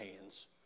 hands